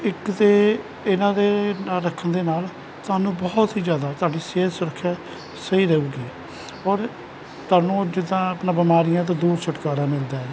ਇੱਕ ਤਾਂ ਇਹਨਾਂ ਦੇ ਰੱਖਣ ਦੇ ਨਾਲ ਸਾਨੂੰ ਬਹੁਤ ਹੀ ਜ਼ਿਆਦਾ ਸਾਡੀ ਸਿਹਤ ਸੁਰੱਖਿਆ ਸਹੀ ਰਊਗੀ ਔਰ ਤੁਹਾਨੂੰ ਜਿਦਾਂ ਆਪਣਾ ਬਿਮਾਰੀਆਂ ਤੋਂ ਦੂਰ ਛੁਟਕਾਰਾ ਮਿਲਦਾ ਹੈ